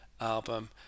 album